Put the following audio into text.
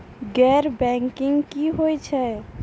गैर बैंकिंग की होय छै?